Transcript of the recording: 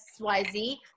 xyz